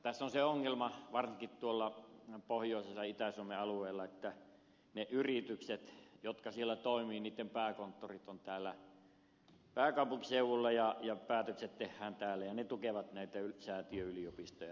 tässä on se ongelma varsinkin pohjois ja itä suomen alueella että niiden siellä toimivien yritysten pääkonttorit ovat täällä pääkaupunkiseudulla ja päätökset tehdään täällä ja ne tukevat näitä säätiöyliopistoja